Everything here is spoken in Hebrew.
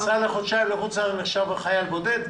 נסע לחודשיים לחוץ לארץ נחשב חייל בודד?